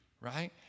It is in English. right